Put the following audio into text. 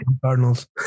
Cardinals